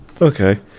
Okay